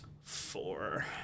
four